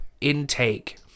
intake